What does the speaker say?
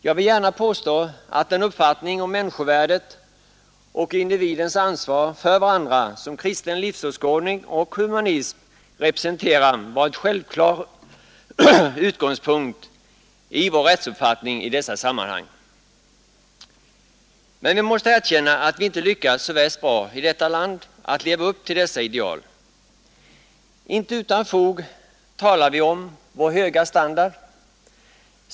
Jag vill gärna på att den uppfattning om människovärdet och individernas ansvar för varandra som kristen livsåskådning och humanism representerar varit självklar utgångspunkt i vår rättsuppfattning i dessa sammanhang. Men vi måste erkänna att vi inte lyckats så leva upp till dess värst bra i detta land att ideal. Inte utan fog talar vi om vår höga standard.